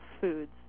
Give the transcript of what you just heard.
foods